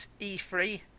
E3